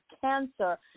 cancer